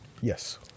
yes